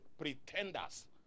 pretenders